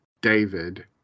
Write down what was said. David